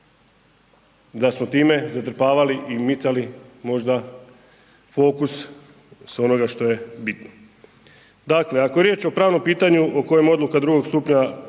da smo time zatrpavali i micali možda fokus s onoga što je bitno. Dakle, ako je riječ o pravnom pitanju o kojem odluka drugog stupnja